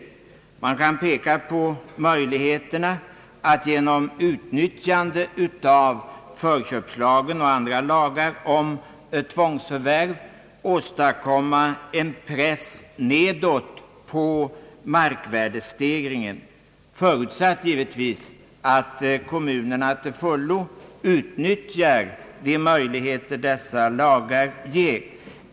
För det första kan man peka på möjligheterna att genom utnyttjande av förköpslagen och lagar om tvångsförvärv åstadkomma en press nedåt på markvärdestegringen, förutsatt givetvis att kommunerna till fullo utnyttjar de möjligheter dessa lagar ger.